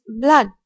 blood